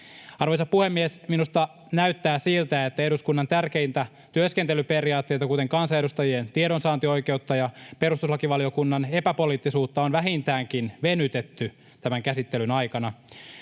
Arvoisa puhemies! Minusta näyttää siltä, että eduskunnan tärkeitä työskentelyperiaatteita, kuten kansanedustajien tiedonsaantioikeutta ja perustuslakivaliokunnan epäpoliittisuutta, on vähintäänkin venytetty tämän käsittelyn aikana.